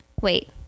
wait